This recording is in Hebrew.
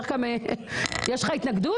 יש לך התנגדות?